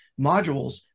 modules